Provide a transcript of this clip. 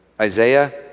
Isaiah